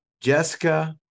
Jessica